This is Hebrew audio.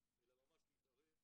אלא ממש להתערב,